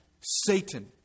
Satan